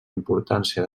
importància